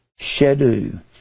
Shedu